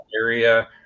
area